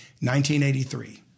1983